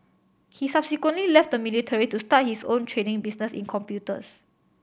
he subsequently left the military to start his own trading business in computers